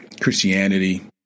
Christianity